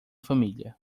família